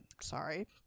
Sorry